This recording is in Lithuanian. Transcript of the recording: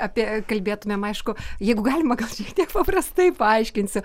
apie kalbėtumėm aišku jeigu galima šiek tiek paprastai paaiškinsiu